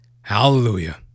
Hallelujah